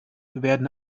werden